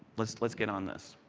let us let us get on this.